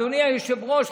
אדוני היושב-ראש,